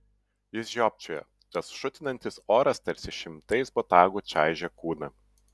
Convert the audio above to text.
jis žiopčiojo tas šutinantis oras tarsi šimtais botagų čaižė kūną